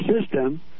system